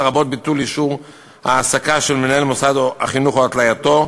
לרבות ביטול אישור העסקה של מנהל מוסד החינוך או התלייתו,